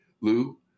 Lou